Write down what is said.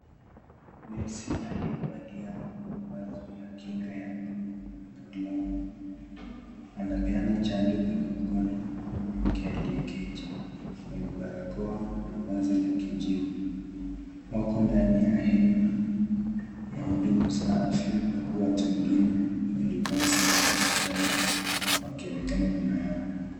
Nesi aliyevalia mavazi ya kinga ya buluu na glavu anapeana chanjo kwenye mkono wa mwanamke aliyeketi mwenye barakoa na vazi la kijivu. Wako ndani ya hema ya huduma za afya huku watu wengine waliovaa sare za hospitali wakionekana nyuma yao.